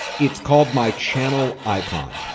it's called my channel icon.